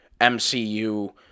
MCU